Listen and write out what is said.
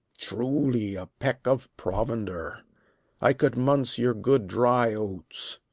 truly, a peck of provender i could munch your good dry oats.